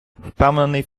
впевнений